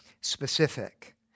specific